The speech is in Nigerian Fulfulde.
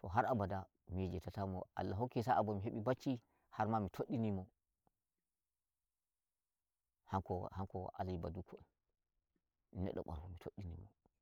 to har abada mi yejjitata mo Allah hokki sa'a bo mi hebi bacci har ma mi toɗɗini mo hanko hanko alaji baduku on neɗɗo am mi toɗɗini mo.